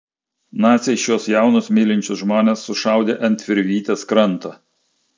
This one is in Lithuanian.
naciai šiuos jaunus mylinčius žmones sušaudė ant virvytės kranto